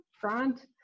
front